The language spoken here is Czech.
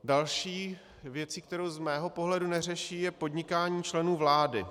Další věcí, kterou z mého pohledu neřeší, je podnikání členů vlády.